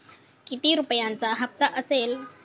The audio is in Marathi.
किती रुपयांचा हप्ता असेल?